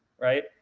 right